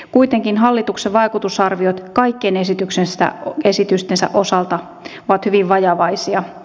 kuitenkin hallituksen vaikutusarviot kaikkien esitystensä osalta ovat hyvin vajavaisia